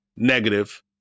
negative